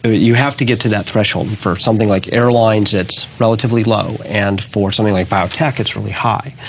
you have to get to that threshold. and for something like airlines it's relatively low and for something like biotech it's really high.